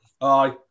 Aye